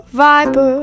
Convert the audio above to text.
viper